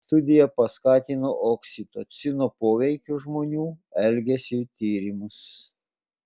studija paskatino oksitocino poveikio žmonių elgesiui tyrimus